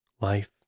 life